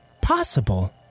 possible